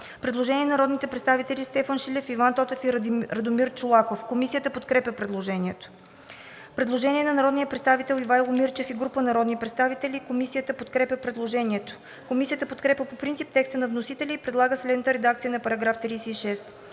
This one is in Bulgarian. предложение на народните представители Стефан Шилев, Иван Тотев и Радомир Чолаков. Комисията подкрепя предложението. Предложение на народния представител Ивайло Мирчев и група народни представители: Комисията подкрепя предложението. Комисията подкрепя по принцип текста на вносителя и предлага следната редакция на § 36,